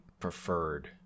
preferred